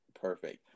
Perfect